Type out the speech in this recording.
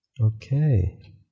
Okay